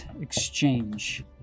exchange